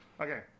Okay